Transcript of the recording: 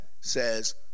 says